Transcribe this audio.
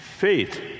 Faith